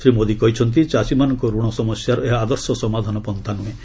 ଶ୍ରୀ ମୋଦି କହିଛନ୍ତି ଚାଷୀମାନଙ୍କ ଋଣ ସମସ୍ୟାର ଏହା ଆଦର୍ଶ ସମାଧାନ ପନ୍ଥା ନୁହେଁ